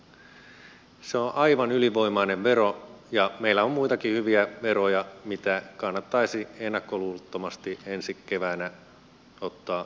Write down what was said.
se on aivan ylivoimainen vero ja meillä on muitakin hyviä veroja mitä kannattaisi ennakkoluulottomasti ensi keväänä ottaa keskustelun alle